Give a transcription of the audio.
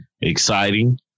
exciting